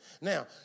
Now